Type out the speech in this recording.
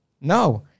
No